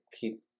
keep